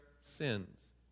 sins